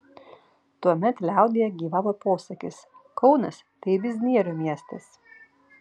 tuomet liaudyje gyvavo posakis kaunas tai biznierių miestas